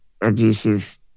abusive